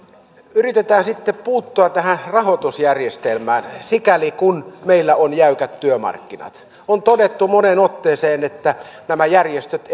yritetään sitten puuttua tähän rahoitusjärjestelmään sikäli kuin meillä on jäykät työmarkkinat on todettu moneen otteeseen että nämä järjestöt